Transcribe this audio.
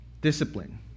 discipline